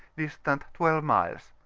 distant twelve miles.